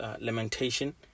lamentation